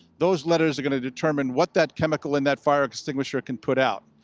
those letters are going to determine what that chemical in that fire extinguisher can put out.